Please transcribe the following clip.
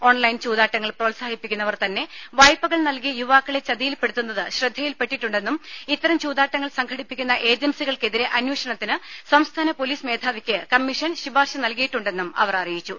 online ചൂതാട്ടങ്ങൾ പ്രോത്സാഹിപ്പിക്കുന്നവർ തന്നെ വായ്പകൾ നൽകി യുവാക്കളെ ചതിയിൽപെടുത്തുന്നത് ശ്രദ്ധയിൽപ്പെട്ടിട്ടുണ്ടെന്നും ഇത്തരം ചൂതാട്ടങ്ങൾ സംഘടിപ്പിക്കുന്ന ഏജൻസികൾക്കെതിരെ അന്വേഷണത്തിന് സംസ്ഥാന പൊലീസ് മേധാവിക്ക് കമ്മീഷൻ ശുപാർശ നൽകിയിട്ടുണ്ടെന്നും അവർ അറിയിച്ചു